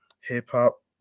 hip-hop